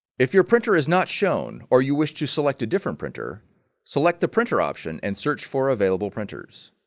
if your printer is not shown or you wish to select a different printer select the printer option and search for available printers